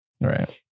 Right